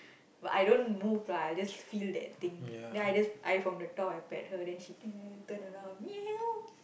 but I don't move lah I just feel that thing then I just I from the top I pet her then she t~ turn around meow